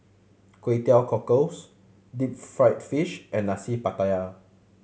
Kway Teow Cockles deep fried fish and Nasi Pattaya